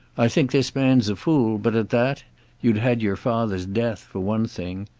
i think this man's a fool, but at that you'd had your father's death, for one thing.